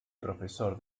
profesor